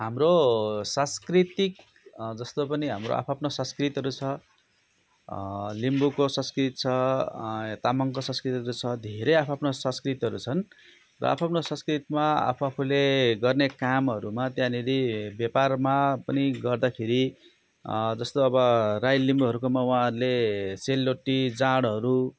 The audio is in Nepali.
हाम्रो सांस्कृतिक जस्तो पनि हाम्रो आफ आफ्नो संस्कृतिहरू छ लिम्बूको संस्कृति छ तामाङको संस्कृतिहरू छ धेरै आफ आफ्नो संस्कृतिहरू छन् र आफ आफ्नो संस्कृतिमा आफू आफूले गर्ने कामहरूमा त्यहाँनेर व्यापारमा पनि गर्दाखेरि जस्तो अब राई लिम्बूहरूकोमा उहाँहरूले सेलरोटी जाँडहरू